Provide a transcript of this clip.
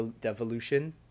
devolution